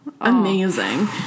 Amazing